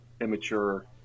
immature